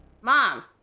MOM